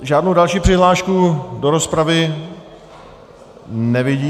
Žádnou další přihlášku do rozpravy nevidím.